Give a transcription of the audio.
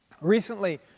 Recently